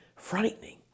frightening